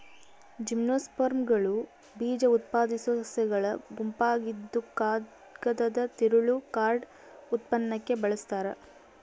ಜಿಮ್ನೋಸ್ಪರ್ಮ್ಗಳು ಬೀಜಉತ್ಪಾದಿಸೋ ಸಸ್ಯಗಳ ಗುಂಪಾಗಿದ್ದುಕಾಗದದ ತಿರುಳು ಕಾರ್ಡ್ ಉತ್ಪನ್ನಕ್ಕೆ ಬಳಸ್ತಾರ